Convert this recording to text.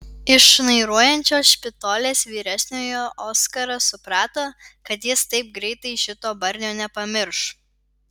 iš šnairuojančio špitolės vyresniojo oskaras suprato kad jis taip greitai šito barnio nepamirš